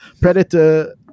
Predator